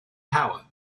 power